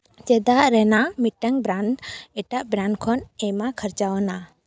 ᱪᱮᱫᱟᱜ ᱨᱮᱱᱟᱜ ᱢᱤᱫᱴᱟᱝ ᱵᱨᱟᱱᱰ ᱮᱴᱟᱜ ᱵᱨᱮᱱᱰ ᱠᱷᱚᱱ ᱟᱭᱢᱟ ᱠᱷᱚᱨᱪᱟ ᱟᱱᱟ